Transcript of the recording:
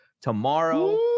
tomorrow